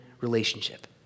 relationship